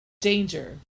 danger